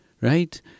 right